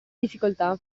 difficoltà